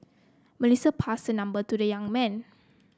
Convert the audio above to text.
Melissa passed her number to the young man